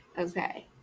Okay